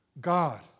God